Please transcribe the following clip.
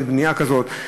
אין בנייה כזאת.